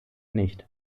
nicht